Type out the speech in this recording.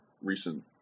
recent